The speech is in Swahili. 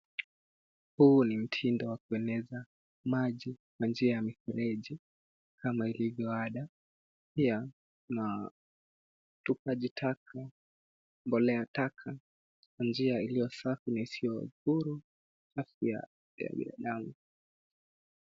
Huu ni mtindo wa kueneza maji kwa njia ya mifereji kama ilivyo ada. Pia kuna utupaji taka, mbolea taka kwa njia isiyo safi na isiyo huru kwa afya ya binadamu.